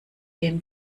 dem